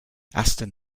aston